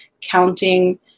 counting